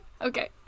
Okay